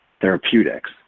therapeutics